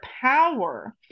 power